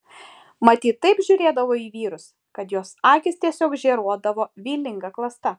mat ji taip žiūrėdavo į vyrus kad jos akys tiesiog žėruodavo vylinga klasta